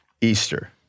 Easter